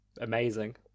amazing